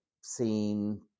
seen